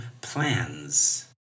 plans